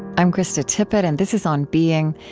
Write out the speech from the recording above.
i'm krista tippett, and this is on being.